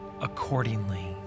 accordingly